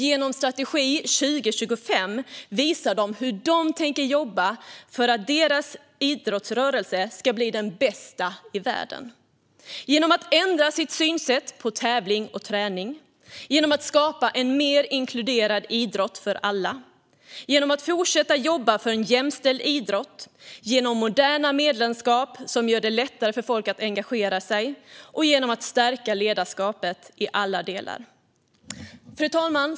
Genom Strategi 2025 visar de hur de tänker jobba för att deras idrottsrörelse ska bli den bästa i världen. Det handlar om att ändra synsättet på träning och tävling, skapa en mer inkluderande idrott för alla och fortsätta jobba för en jämställd idrott. Det handlar om moderna medlemskap som gör det lättare för människor att engagera sig och om att stärka ledarskapet i alla delar. Fru talman!